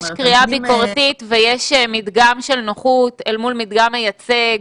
יש קריאה ביקורתית ויש מדגם של נוחות אל מול מדגם מייצג.